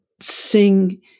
sing